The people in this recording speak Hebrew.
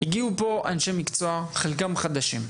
הגיעו לכאן אנשי מקצוע וחלקם חדשים.